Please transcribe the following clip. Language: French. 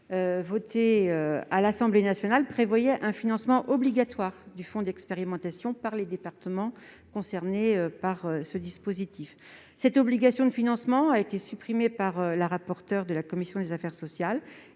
voté à l'Assemblée nationale prévoyait un financement obligatoire du fonds d'expérimentation par les départements concernés par le dispositif. Cette obligation de financement a été supprimée sur l'initiative de la rapporteure de la commission des affaires sociales.